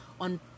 on